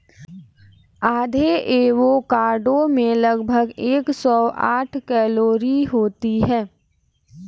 आधे एवोकाडो में लगभग एक सौ साठ कैलोरी होती है